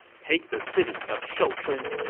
take the city of shochun.